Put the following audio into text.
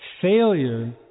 failure